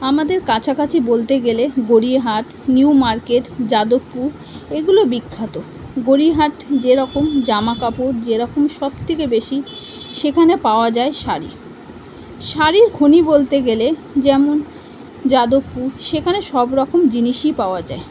আমাদের কাছাকাছি বলতে গেলে গড়িয়াহাট নিউ মার্কেট যাদবপুর এগুলো বিখ্যাত গড়িয়াহাট যেরকম জামা কাপড় যেরকম সব থেকে বেশি সেখানে পাওয়া যায় শাড়ি শাড়ির খনি বলতে গেলে যেমন যাদবপুর সেখানে সব রকম জিনিসই পাওয়া যায়